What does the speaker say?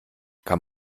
kann